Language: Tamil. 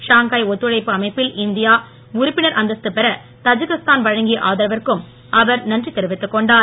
ஷாங்காய் ஒத்துழைப்பு அமைப்பில் இந்தியா உறுப்பினர் அந்தஸ்து பெற தஜிகிஸ்தான் வழங்கிய ஆதரவிற்கும் அவர் நன்றி தெரிவித்துக் கொண்டார்